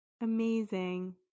Amazing